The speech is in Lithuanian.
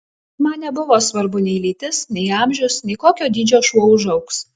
man nebuvo svarbu nei lytis nei amžius nei kokio dydžio šuo užaugs